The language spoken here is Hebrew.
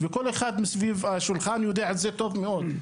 וכל אחד סביב השולחן יודע את זה טוב מאוד.